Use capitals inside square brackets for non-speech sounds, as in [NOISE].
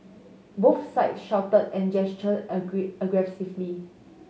both sides shouted and gestured [UNINTELLIGIBLE] aggressively